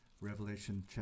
Revelation